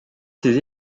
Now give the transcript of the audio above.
ses